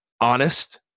honest